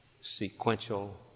sequential